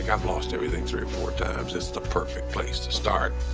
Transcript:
yeah i've lost everything three or four times. it's the perfect place to start.